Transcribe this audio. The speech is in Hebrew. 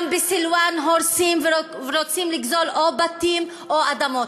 גם בסילואן הורסים ורוצים לגזול בתים או אדמות.